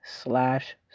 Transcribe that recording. slash